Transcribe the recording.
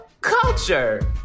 culture